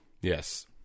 Yes